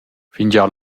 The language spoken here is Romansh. fingià